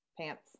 pants